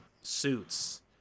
Suits